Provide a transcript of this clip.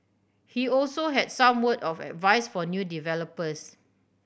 he also had some word of advice for new developers